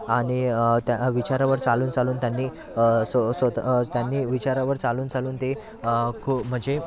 आणि त्या विचारावर चालून चालून त्यांनी सो सो सोता त्यांनी विचारावर चालून चालून ते खू म्हणजे